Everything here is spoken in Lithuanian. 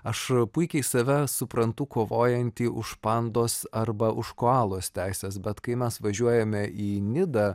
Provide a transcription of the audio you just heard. aš puikiai save suprantu kovojantį už pandos arba už koalos teises bet kai mes važiuojame į nidą